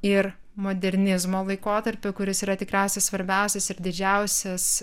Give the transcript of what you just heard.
ir modernizmo laikotarpiu kuris yra tikriausiai svarbiausias ir didžiausias